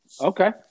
Okay